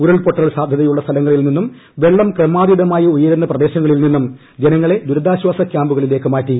ഉരുൾപൊട്ടൽ സാധ്യതയുള്ള സ്ഥലങ്ങളിൽ നിന്നും വെള്ളം ക്രമാതീതമായി ഉയരുന്ന പ്രദേശങ്ങളിൽ നിന്നും ജനങ്ങളെ ദുരിതാശ്വാസ ക്യാമ്പുകളിലേക്ക് മാറ്റി